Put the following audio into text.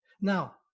Now